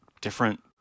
different